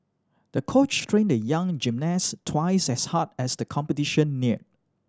the coach trained the young gymnast twice as hard as the competition neared